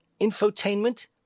Infotainment